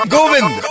Govind